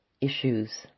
issues